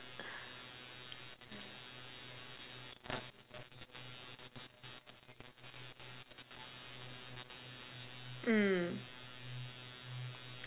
mm